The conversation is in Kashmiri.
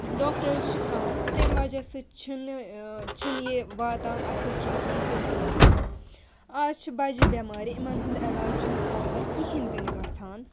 ڈاکٹٲرٕز چھِ کَم تَمہِ وَجہ سۭتۍ چھِنہٕ چھِنہٕ یہِ واتان اَصٕل ٹرٛیٖٹمٮ۪نٛٹ بالکُل کِہیٖنۍ آز چھِ بَجہِ بٮ۪مارِ یِمَن ہُنٛد علاج چھُنہٕ پرٛاپَر کِہیٖنۍ تہِ نہٕ گژھان